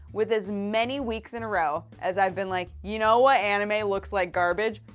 with as many weeks in a row. as i've been like you know what anime looks like garbage?